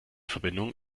verbindung